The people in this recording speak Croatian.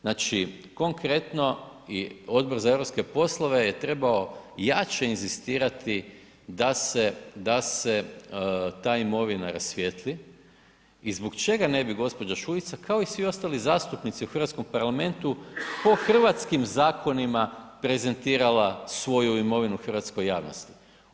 Znači, konkretno i Odbor za europske poslove je trebao jače inzistirati da se, da se ta imovina rasvijetli i zbog čega ne bi gđa. Šuica kao i svi ostali zastupnici u Hrvatskom parlamentu po hrvatskim zakonima prezentirala svoju imovinu hrvatskoj javnosti.